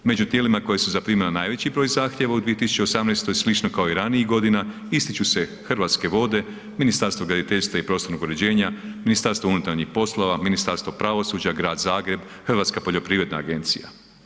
Među tijelima koje su zaprimile najveći broj zahtjeva u 2018., slično kao i ranijih godina, ističu se Hrvatske vode, Ministarstvo graditeljstva i prostornog uređenja, MUP, Ministarstvo pravosuđa, Grad Zagreb, Hrvatska poljoprivredna agencija.